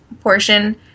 portion